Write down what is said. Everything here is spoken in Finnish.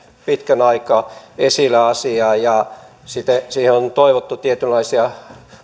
pitkän aikaa esillä ja siihen on toivottu tietynlaisia